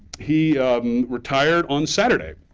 he retired on saturday.